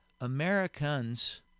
Americans